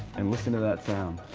and listen to that sound!